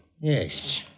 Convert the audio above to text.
Yes